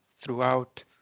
throughout